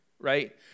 Right